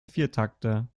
viertakter